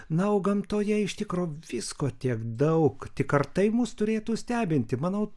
na o gamtoje iš tikro visko tiek daug tik ar tai mus turėtų stebinti manau